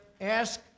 Ask